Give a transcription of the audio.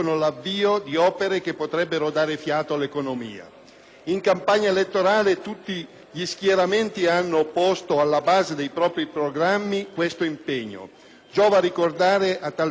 In campagna elettorale tutti gli schieramenti hanno posto alla base dei propri programmi questo impegno. Giova ricordare a tal fine lo slogan "Apriamo un'impresa in un giorno".